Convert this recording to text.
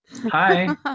hi